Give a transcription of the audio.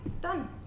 Done